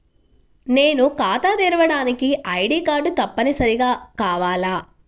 నేను ఖాతా తెరవడానికి ఐ.డీ కార్డు తప్పనిసారిగా కావాలా?